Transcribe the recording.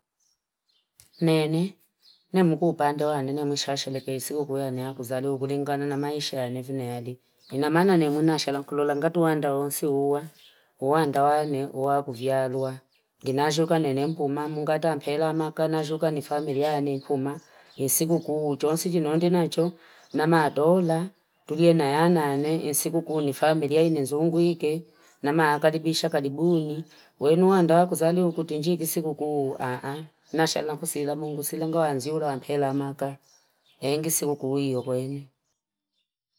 Nieeni namkupande wangu nishashelekezi huku ya kuzaliwa kulingana na maisha yanevumiale inamaana niya ansha nikulola ngatuanda onsiwoua uwanda wani kuwakuvya alwa inashoka lenempuma mungata helaka na sho ni familiani ni mpuma insikukuu chonsi chindoni nacho namatoola tulie naanani iinsikukuu ni familia inzunguike namaa karibisha karibuni wenu wanda ukuzaliwe kutejini sikukuu nasha nakusila Mugu silo wanhela maka eh ngisiukuwio kwenu.